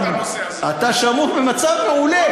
אתה שמור במצב מעולה.